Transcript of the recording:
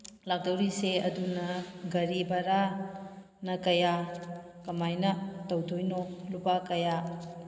ꯂꯥꯛꯇꯧꯔꯤꯁꯦ ꯑꯗꯨꯅ ꯒꯥꯔꯤ ꯕꯔꯥꯅ ꯀꯌꯥ ꯀꯃꯥꯏꯅ ꯇꯧꯗꯣꯏꯅꯣ ꯂꯨꯄꯥ ꯀꯌꯥ